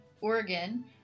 Oregon